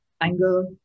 anger